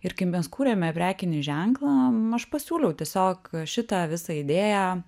ir kai mes kūrėme prekinį ženklą aš pasiūliau tiesiog šitą visą idėją